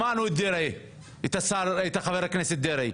שמענו את חבר הכנסת דרעי,